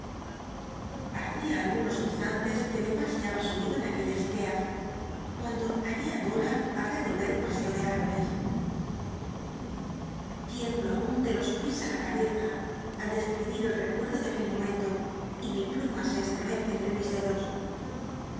hacia algunos instantes que me paseaba sumido en aquellas ideas cuando hallé á dora al rey olver un paseo de árboles tiemblo aon de los piés í la eabcza al dcscl'ibir el recuerdo de aquel momento y mi pluma se estremece entre mis dedos